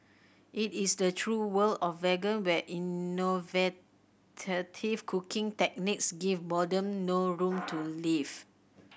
it is the true world of vegan where cooking techniques give boredom no room to live